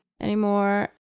anymore